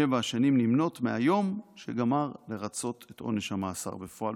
שבע השנים נמנות מהיום שגמר לרצות את עונש המאסר בפועל.